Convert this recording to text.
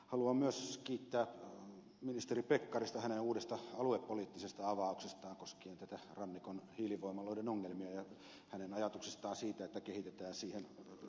haluan myös kiittää ministeri pekkarista hänen uudesta aluepoliittisesta avauksestaan koskien näiden rannikoiden hiilivoimaloiden ongelmia ja hänen ajatuksestaan siitä että kehitetään siihen sovelias tukimuoto